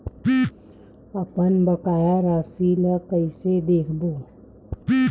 अपन बकाया राशि ला कइसे देखबो?